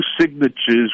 signatures